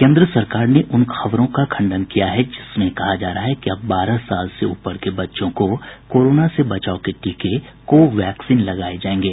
केन्द्र सरकार ने उन खबरों का खंडन किया है जिसमें कहा जा रहा है कि अब बारह साल से ऊपर के बच्चों को कोरोना से बचाव के टीके को वैक्सीन लगाये जायेंगे